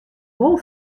wol